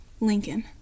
Lincoln